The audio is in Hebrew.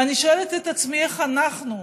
ואני שואלת את עצמי איך אנחנו,